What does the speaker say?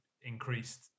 increased